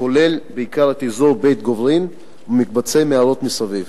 הכולל בעיקר את אזור בית-גוברין ומקבצי מערות מסביב.